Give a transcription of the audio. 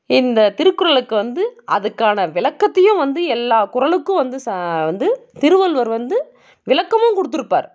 இந்த திருக்குறளுக்கு வந்து அதுக்கான விளக்கத்தையும் வந்து எல்லா குறளுக்கும் வந்து வந்து திருவள்ளுவர் வந்து விளக்கமும் கொடுத்துருப்பார்